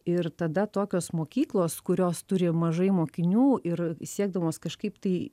ir tada tokios mokyklos kurios turi mažai mokinių ir siekdamos kažkaip tai